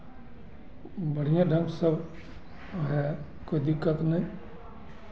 बढ़िएँ ढंग से सब है कोई दिक्कत नहीं